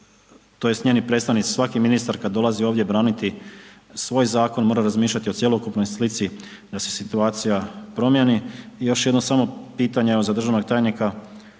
tj. njeni predstavnici svaki ministar kad dolazi ovdje braniti svoj zakon mora razmišljati o cjelokupnoj slici da se situacija promjeni. Još jedno samo pitanje evo za državnog tajnika,